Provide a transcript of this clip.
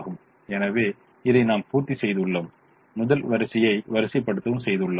எனவே இதை நாம் பூர்த்தி செய்துள்ளோம் முதல் வரிசையை வரிசைப்படுத்தவும் செய்துள்ளோம்